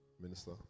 Minister